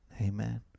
Amen